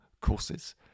courses